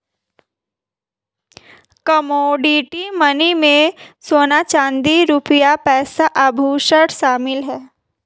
commodity money में सोना चांदी रुपया पैसा आभुषण शामिल है